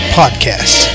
podcast